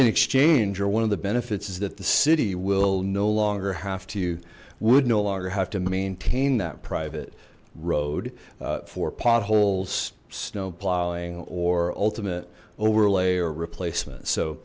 in exchange for one of the benefits is that the city will no longer have to you would no longer have to maintain that private road for potholes snowplowing or ultimate overlay or replacement so